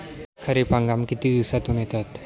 खरीप हंगाम किती दिवसातून येतात?